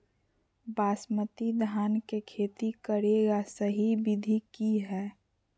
बासमती धान के खेती करेगा सही विधि की हय?